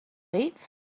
weights